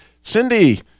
Cindy